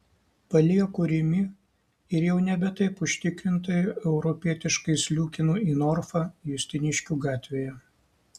palieku rimi ir jau nebe taip užtikrintai europietiškai sliūkinu į norfą justiniškių gatvėje